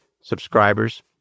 subscribers